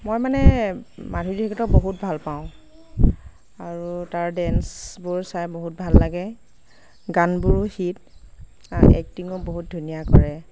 মই মানে মাধুৰী দিক্ষীতক বহুত ভাল পাওঁ আৰু তাৰ ডেন্সবোৰ চাই বহুত ভাল লাগে গানবোৰো হিট এক্টিঙো বহুত ধুনীয়া কৰে